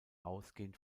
ausgehend